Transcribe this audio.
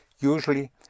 Usually